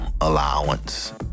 allowance